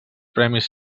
premis